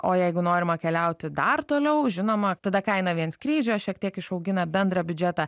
o jeigu norima keliauti dar toliau žinoma tada kaina vien skrydžio šiek tiek išaugina bendrą biudžetą